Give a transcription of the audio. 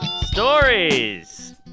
Stories